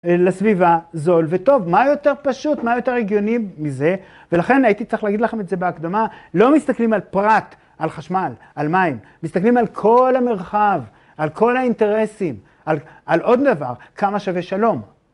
לסביבה, זול, וטוב. מה יותר פשוט, מה יותר הגיוני מזה, ולכן הייתי צריך להגיד לכם את זה בהקדמה, לא מסתכלים על פרט, על חשמל, על מים, מסתכלים על כל המרחב, על כל האינטרסים, על עוד דבר, כמה שווה שלום.